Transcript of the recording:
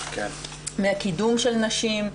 מהקידום של נשים,